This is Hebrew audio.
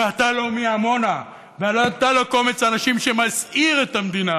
אתה לא מעמונה ואתה לא מקומץ אנשים שמסעיר את המדינה